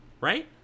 right